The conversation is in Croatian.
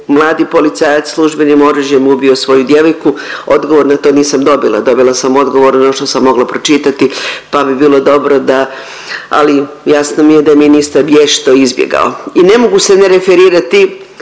mladi policajac službenim oružjem ubio svoju djevojku odgovor na to nisam dobila. Dobila sam odgovor ono što sam mogla pročitati pa bi bilo dobro, ali jasno mi je da je ministar vješto izbjegao. I ne mogu se ne referirati